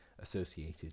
associated